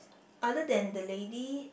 other than the lady